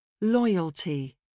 Loyalty